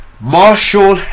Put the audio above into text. marshall